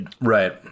Right